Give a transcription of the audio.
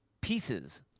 pieces